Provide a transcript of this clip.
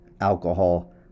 alcohol